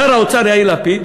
שר האוצר יאיר לפיד,